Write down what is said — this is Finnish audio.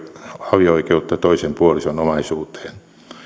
avio oikeutta toisen puolison omaisuuteen